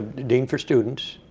dean for students.